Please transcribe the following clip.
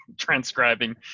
transcribing